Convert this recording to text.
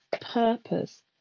purpose